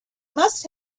must